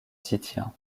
titien